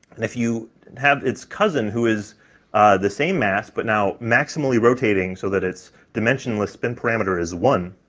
and if you have its cousin who is the same mass, but now maximally rotating so that it's dimensionless spin parameter is one,